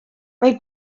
mae